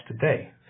today